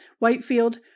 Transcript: Whitefield